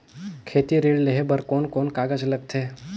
खेती ऋण लेहे बार कोन कोन कागज लगथे?